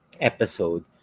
episode